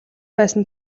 байсан